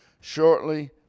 shortly